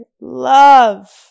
love